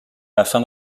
afin